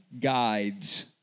guides